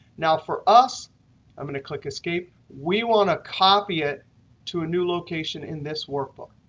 now, for us i'm going to click escape we want to copy it to a new location in this workbook.